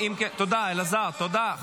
תודה, אלעזר, תודה.